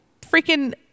freaking